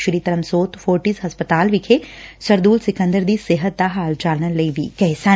ਸ੍ਰੀ Dharamsot Fortis ਹਸਪਤਾਲ ਵਿਖੇ ਸਰਦੂਲ ਸਿਕੰਦਰ ਦੀ ਸਿਹਤ ਦਾ ਹਾਲ ਜਾਨਣ ਲਈ ਵੀ ਗਏ ਸਨ